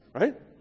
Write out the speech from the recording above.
Right